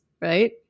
right